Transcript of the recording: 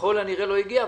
וככל הנראה לא הגיע,